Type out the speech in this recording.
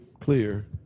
clear